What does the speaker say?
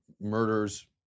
murders